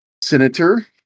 senator